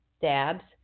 Dabs